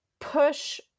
push